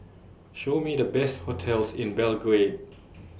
Show Me The Best hotels in Belgrade